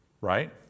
right